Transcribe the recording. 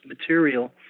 material